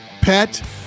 pet